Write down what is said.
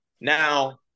Now